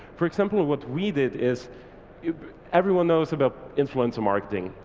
for example of what we did is everyone knows about influencer marketing,